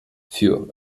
für